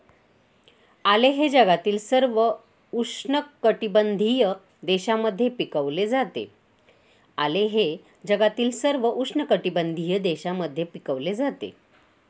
आले हे जगातील सर्व उष्णकटिबंधीय देशांमध्ये पिकवले जाते